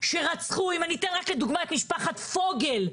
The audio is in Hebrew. שרצחו לדוגמה את משפחת פוגל,